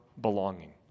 belonging